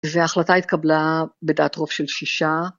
וההחלטה התקבלה בדעת רוב של שישה.